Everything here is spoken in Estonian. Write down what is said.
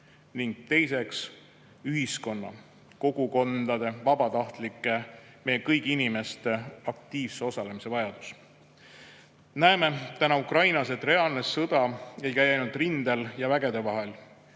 Ning teiseks, ühiskonna, kogukondade, vabatahtlike, meie kõigi inimeste aktiivse osalemise vajadus. Näeme täna Ukrainas, et reaalne sõda ei käi ainult rindel ja vägede vahel.